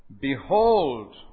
Behold